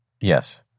Yes